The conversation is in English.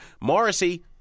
Morrissey